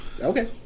Okay